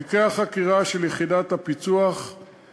תיקי החקירה של יחידת הפיצו"ח,